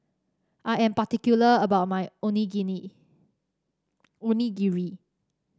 I am particular about my Onigiri